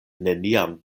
neniam